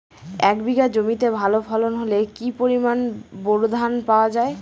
এক বিঘা জমিতে ভালো ফলন হলে কি পরিমাণ বোরো ধান পাওয়া যায়?